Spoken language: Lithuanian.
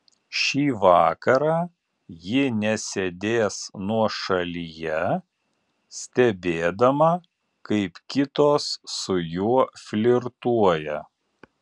šį vakarą ji nesėdės nuošalyje stebėdama kaip kitos su juo flirtuoja